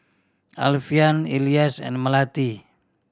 Alfian Elyas and Melati